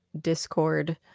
discord